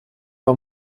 war